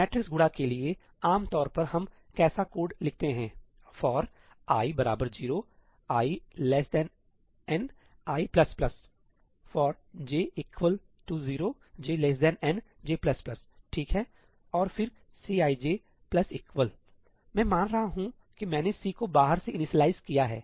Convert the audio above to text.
matrix गुणा के लिए आमतौर पर हम कैसा कोड लिखते हैं 'fori 0 i n i ' 'forj 0 j n j ' ठीक है और फिर 'Cij ' मैं मान रहा हूं कि मैंने C को बाहर से इनिशियलाइज़ किया है